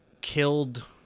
killed